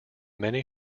many